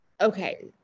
okay